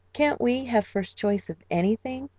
can't we have first choice of anything?